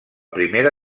primera